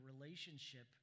relationship